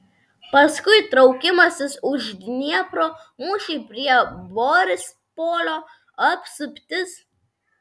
paskui traukimasis už dniepro mūšiai prie borispolio apsuptis